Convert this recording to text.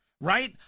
Right